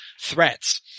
threats